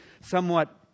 somewhat